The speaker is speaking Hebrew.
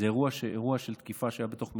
זה אירוע של תקיפה שהיה בתוך מסעדה.